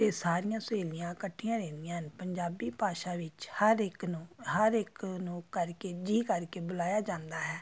ਅਤੇ ਸਾਰੀਆਂ ਸਹੇਲੀਆਂ ਇਕੱਠੀਆਂ ਰਹਿੰਦੀਆਂ ਹਨ ਪੰਜਾਬੀ ਭਾਸ਼ਾ ਵਿੱਚ ਹਰ ਇੱਕ ਨੂੰ ਹਰ ਇੱਕ ਨੂੰ ਕਰਕੇ ਜੀ ਕਰਕੇ ਬੁਲਾਇਆ ਜਾਂਦਾ ਹੈ